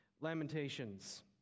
lamentations